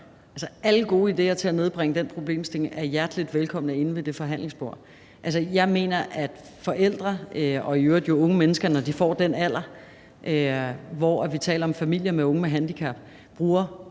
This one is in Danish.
Alle gode idéer til at nedbringe den problemstilling er hjertelig velkomne inde ved det forhandlingsbord. Altså, jeg mener, at forældre og i øvrigt unge mennesker, når de får den alder, hvor vi taler om familier med unge med handicap, bruger